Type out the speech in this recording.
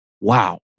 wow